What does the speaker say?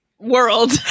World